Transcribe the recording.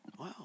Wow